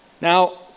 now